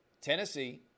Tennessee